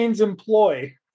employ